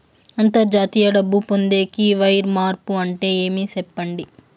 అంతర్జాతీయ డబ్బు పొందేకి, వైర్ మార్పు అంటే ఏమి? సెప్పండి?